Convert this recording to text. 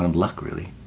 um luck, really.